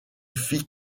fit